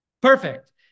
Perfect